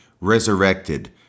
resurrected